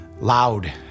loud